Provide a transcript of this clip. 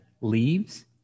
leaves